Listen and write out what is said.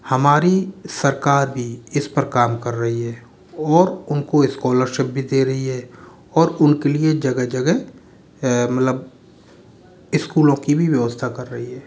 हमारी सरकार भी इस पर काम कर रही है और उनको स्कॉलरशिप भी दे रही है और उनके लिए जगह जगह मतलब स्कूलों की भी व्यवस्था कर रही है